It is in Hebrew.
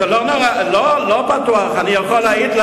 אני יכול להעיד,